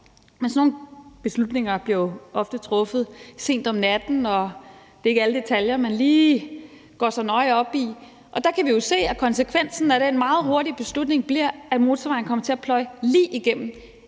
Men sådan nogle beslutninger bliver jo ofte truffet sent om natten, og det er ikke alle detaljer, man lige går så nøje op i. Og der kan vi jo se, at konsekvensen af den meget hurtige beslutning bliver, at motorvejen kommer til at pløje lige igennem